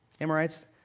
Amorites